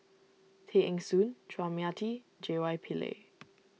Tay Eng Soon Chua Mia Tee J Y Pillay